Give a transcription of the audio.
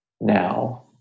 now